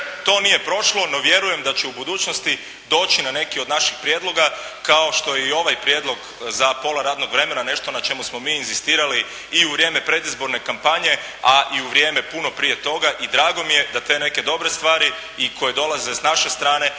To nije prošlo, no vjerujem da će u budućnosti doći na neki od naših prijedloga kao što je i ovaj prijedlog za pola radnog vremena, nešto na čemu smo mi inzistirali i u vrijeme predizborne kampanje, a i u vrijeme puno prije toga i drago mi je da te neke dobre stvari i koje dolaze s naše strane